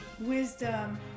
wisdom